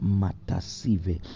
matasive